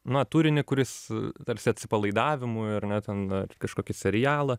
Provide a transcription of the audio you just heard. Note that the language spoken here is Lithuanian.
na turinį kuris tarsi atsipalaidavimui ar ne ten kažkokį serialą